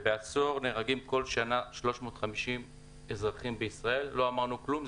ובעשור נהרגים כל שנה 350 אזרחים בישראל לא אמרנו כלום,